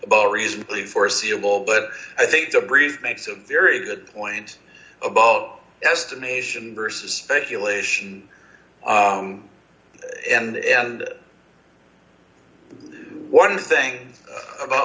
but reasonably foreseeable but i think the breeze makes a very good point about estimation versus speculation and one to think about